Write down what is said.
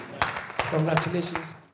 Congratulations